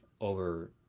over